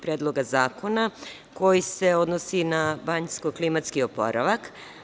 Predloga zakona koji se odnosi na banjsko-klimatski oporavak.